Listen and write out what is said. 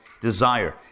desire